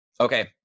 Okay